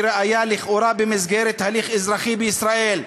כראיה לכאורה במסגרת הליך אזרחי בישראל.